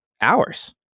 hours